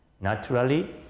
naturally